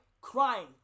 Crying